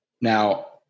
Now